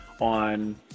on